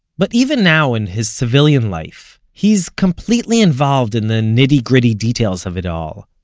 but even now, in his civilian life, he's completely involved in the nitty-gritty details of it all.